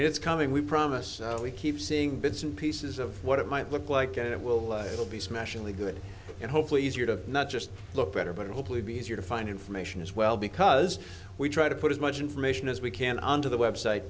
is coming we promise we keep seeing bits and pieces of what it might look like and it will it will be specially good and hopefully easier to not just look better but hopefully be easier to find information as well because we try to put as much information as we can onto the website